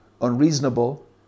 unreasonable